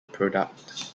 product